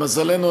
למזלנו,